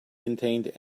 contained